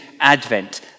advent